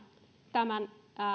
tämän